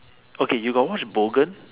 okay you got watch Bogan